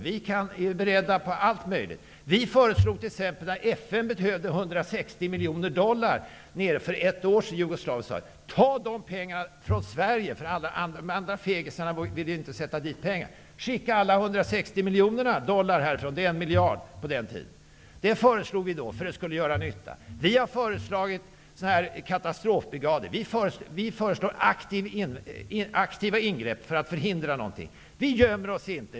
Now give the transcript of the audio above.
Vi är beredda på allt möjligt. När FN behövde 160 miljoner dollar för ett år i Jugoslavien sade vi: Ta de pengarna från Sverige, för de andra fegisarna vill ju inte ge pengar dit. Skicka 160 miljoner dollar härifrån -- det var 1 miljard kronor då. Det föreslog vi, för att det skulle göra nytta. Vi har föreslagit katastrofbrigader. Vi föreslår aktiva ingrepp. Vi gömmer oss inte.